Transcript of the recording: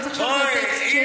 אבל זה עכשיו הטקסט שלי.